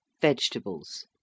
vegetables